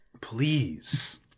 Please